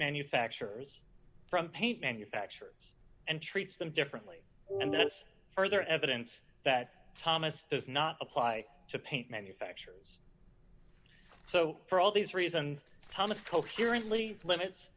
manufacturers from paint manufacturers and treats them differently and that's further evidence that thomas does not apply to paint manufacturers so for all these reasons thomas coherently limits